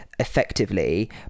effectively